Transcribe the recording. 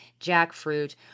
jackfruit